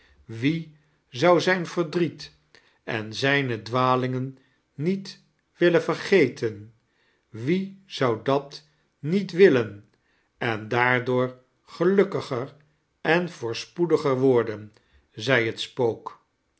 wie zou zijn veidriet en zijne dwalingen niet willen vergeten wie zou dat niet willen en daaird'oor gelukkiget en voorspoediger worden zei het spook